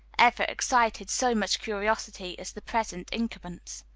ever excited so much curiosity as the present incumbents.